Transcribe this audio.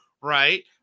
right